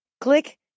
Click